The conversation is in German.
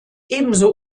ebenso